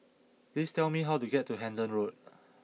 please tell me how to get to Hendon Road